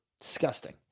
disgusting